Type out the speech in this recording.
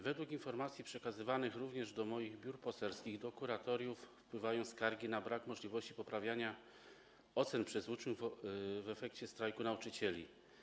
Według informacji przekazywanych również do moich biur poselskich do kuratoriów wpływają skargi na brak możliwości poprawienia ocen przez uczniów w efekcie strajku nauczycieli.